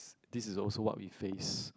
this is also what we face